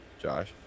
Josh